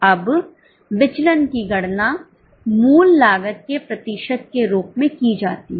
अब विचलन की गणना मूल लागत के प्रतिशत के रूप में की जाती है